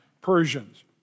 Persians